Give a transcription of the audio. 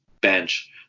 bench